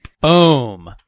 Boom